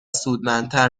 سودمندتر